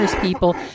people